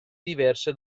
diverse